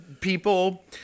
people